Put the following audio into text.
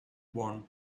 one